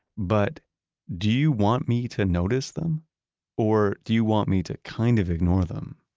but do you want me to notice them or do you want me to kind of ignore them?